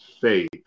faith